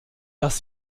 dass